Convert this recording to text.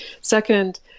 Second